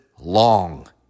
long